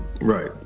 Right